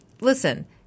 Listen